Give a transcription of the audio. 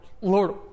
Lord